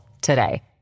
today